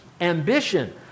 ambition